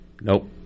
nope